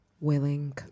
willing